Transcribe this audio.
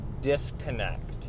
disconnect